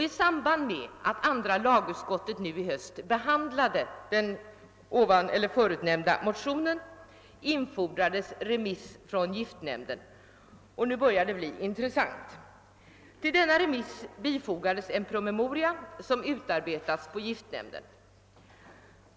I samband med att andra lagutskottet nu i höst behandlade den förutnämnda motionen infordrades remissutlåtande från giftnämnden — och nu börjar det bli intressant. Till detta remissutlåtande bifogades en promemoria som utarbetats på giftnämnden.